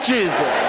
Jesus